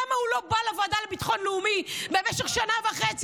למה הוא לא בא לוועדה לביטחון לאומי במשך שנה וחצי,